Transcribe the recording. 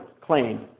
claim